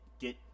get